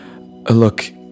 look